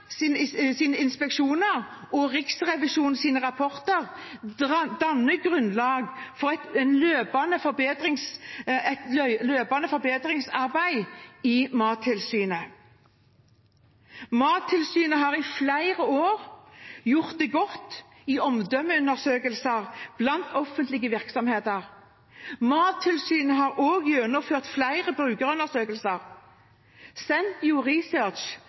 inspeksjoner og Riksrevisjonens rapporter danner grunnlag for et løpende forbedringsarbeid i Mattilsynet. Mattilsynet har i flere år gjort det godt i omdømmeundersøkelser blant offentlige virksomheter. Mattilsynet har også gjennomført flere brukerundersøkelser.